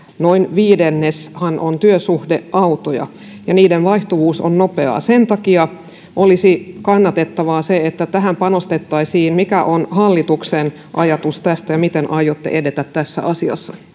noin viidennes on työsuhdeautoja ja niiden vaihtuvuus on nopeaa sen takia olisi kannatettavaa että tähän panostettaisiin mikä on hallituksen ajatus tästä ja miten aiotte edetä tässä asiassa